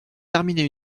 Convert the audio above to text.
terminé